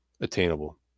attainable